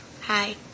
hi